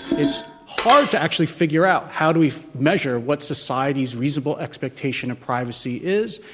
it's hard to actually figure out how do we measure what society's reasonable expectation of privacy is,